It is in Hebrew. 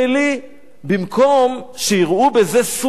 במקום שיראו בזה סוג של כתר,